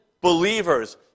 believers